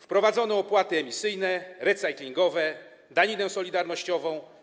Wprowadzono opłaty emisyjne, recyklingowe, daninę solidarnościową.